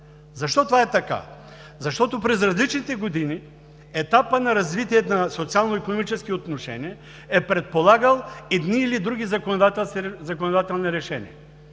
Защо това е така? Защото през различните години етапът на развитие на социално-икономически отношения е предполагал едни или други законодателни решения.